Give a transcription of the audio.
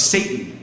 Satan